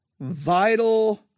vital